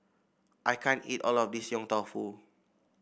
I can't eat all of this Yong Tau Foo